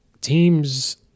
teams